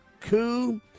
coup